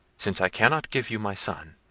since i cannot give you my son,